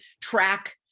track